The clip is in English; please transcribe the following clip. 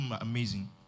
amazing